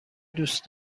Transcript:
دوست